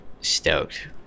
stoked